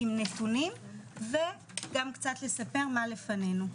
עם נתונים וגם קצת לספר מה לפנינו.